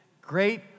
great